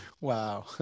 Wow